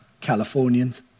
Californians